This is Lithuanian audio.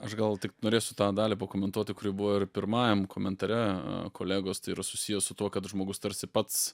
aš gal tik norėsiu tą dalį pakomentuoti kuri buvo ir pirmajam komentare kolegos tai yra susiję su tuo kad žmogus tarsi pats